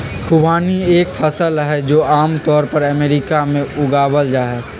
खुबानी एक फल हई, जो आम तौर पर अमेरिका में उगावल जाहई